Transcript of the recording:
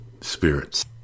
spirits